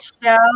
show